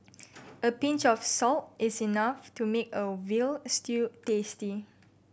a pinch of salt is enough to make a veal stew tasty